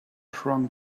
shrunk